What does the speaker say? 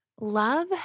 Love